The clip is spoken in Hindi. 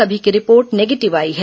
सभी की रिपोर्ट निगेटिव आई है